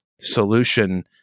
solution